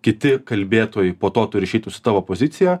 kiti kalbėtojai po to turi išeiti su tavo poziciją